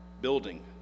building